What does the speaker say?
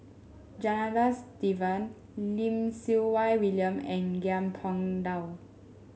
Janadas Devan Lim Siew Wai William and Ngiam Tong Dow